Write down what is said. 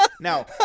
Now